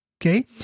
Okay